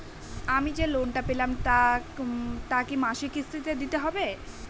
আমি যে লোন টা পেলাম তা কি মাসিক কিস্তি তে দিতে হবে?